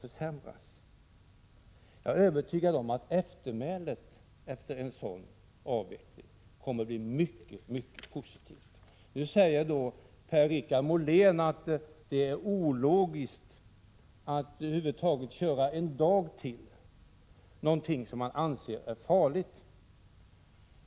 Jag är alldeles övertygad om att eftermälet av en sådan avveckling kommer att bli mycket positivt. Per-Richard Molén säger att det är ologiskt att över huvud taget köra en dag till någonting som man anser är farligt.